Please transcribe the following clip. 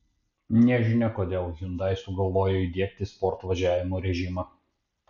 nežinia kodėl hyundai sugalvojo įdiegti sport važiavimo režimą